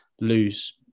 lose